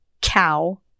cow